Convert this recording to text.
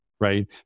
right